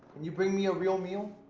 you bring me a real meal?